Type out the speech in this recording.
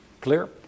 Clear